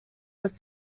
was